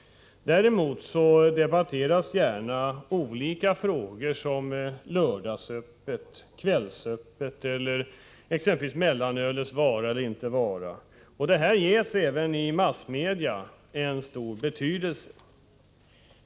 Däremot debatteras gärna olika frågor som lördagsöppet, kvällsöppet eller exempelvis mellanölets vara eller inte vara, och dessa ges även i massmedia en stor betydelse.